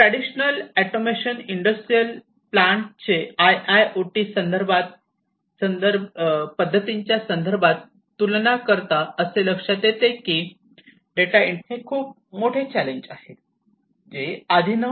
traditional automation industrial प्लांटचेआयआयओटी पद्धतींच्या संदर्भात तुलना करता असे लक्षात येते की डेटा इंटिग्रेशन हे खूप मोठे चॅलेंज आहे जे आधी नव्हते